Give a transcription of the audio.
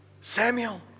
Samuel